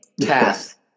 task